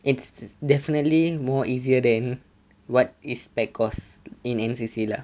it's definitely more easier than what is spec course in N_C_C lah